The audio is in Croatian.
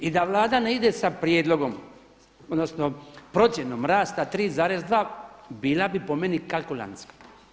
I da Vlada ne ide sa prijedlogom, odnosno procjenom rasta 3,2 bila bi po meni kalkulantska.